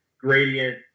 gradient